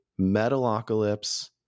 Metalocalypse